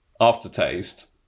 aftertaste